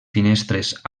finestres